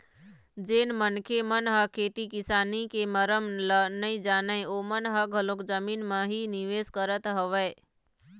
जेन मनखे मन ह खेती किसानी के मरम ल नइ जानय ओमन ह घलोक जमीन म ही निवेश करत हवय